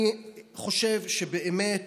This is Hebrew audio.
אני חושב שבאמת,